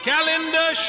Calendar